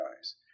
guys